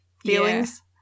feelings